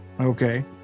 Okay